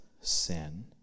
sin